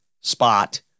spot